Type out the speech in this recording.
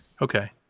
Okay